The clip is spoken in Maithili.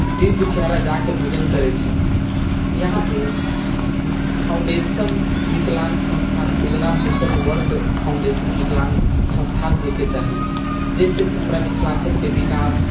दिन दुखियारा जा कऽ भोजन करैत छै यहाँपे फाउण्डेशन विकलाङ्ग सँस्था उगना सोशल वर्क फाउण्डेशन विकलाङ्ग सँस्थान होइके चाही जाहिसँ कि हमरा मिथिलाञ्चलके विकास